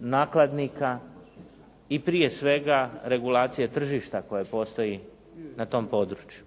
nakladnika i prije svega regulacije tržišta koje postoji na tom području.